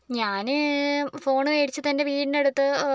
ഞാൻ ഫോൺ വേടിച്ചത് എന്റെ വീടിനടുത്ത് ഏ